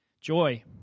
Joy